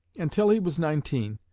until he was nineteen,